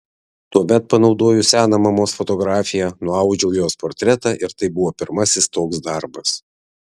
tuomet panaudojus seną mamos fotografiją nuaudžiau jos portretą ir tai buvo pirmasis toks darbas